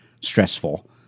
stressful